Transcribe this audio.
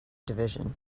division